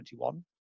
2021